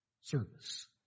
Service